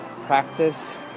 practice